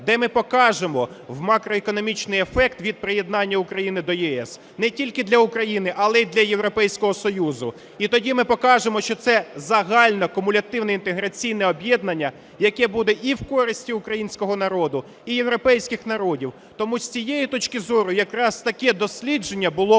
де ми покажемо макроекономічний ефект від приєднання України до ЄС не тільки для України, але і для Європейського Союзу. І тоді ми покажемо, що це загальне, кумулятивне, інтеграційне об'єднання, яке буде і в користі українського народу, і європейських народів. Тому з цієї точки зору якраз таке дослідження було б